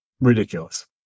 Ridiculous